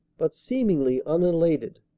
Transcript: but seemingly undated.